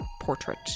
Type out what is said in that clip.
portrait